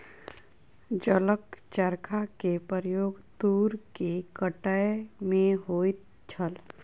जलक चरखा के प्रयोग तूर के कटै में होइत छल